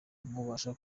mubasha